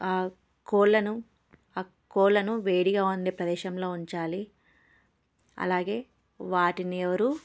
ఆ కోళ్ళను ఆ కోళ్ళను వేడిగా ఉండే ప్రదేశంలో ఉంచాలి అలాగే వాటిని ఎవరూ